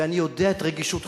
ואני יודע את רגישותך,